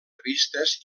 revistes